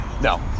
No